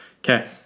Okay